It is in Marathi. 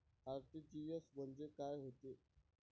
आर.टी.जी.एस म्हंजे काय होते?